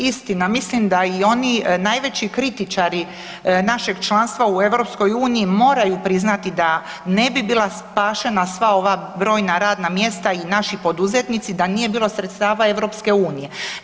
Istina, mislim da i oni najveći kritičari našeg članstva u EU moraju priznati da ne bi bila spašena sva ova brojna radna mjesta i naši poduzetnici da nije bilo sredstava EU-a.